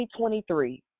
2023